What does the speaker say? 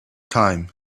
time